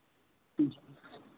जी